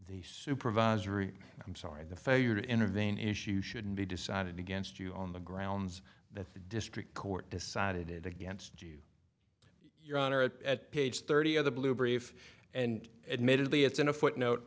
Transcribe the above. the supervisory i'm sorry the failure to intervene issue shouldn't be decided against you on the grounds that the district court decided against you your honor at page thirty of the blue brief and admittedly it's in a footnote